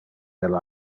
del